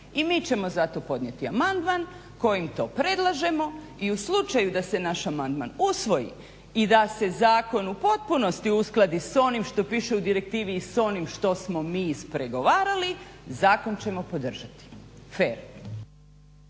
I mi ćemo zato podnijeti amandman kojim to predlažemo i u slučaju da se naš amandman usvoji i da se zakon u potpunosti uskladi sa onim što piše u direktivi i s onim što smo mi ispregovarali zakon ćemo podržati. Fer.